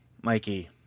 Mikey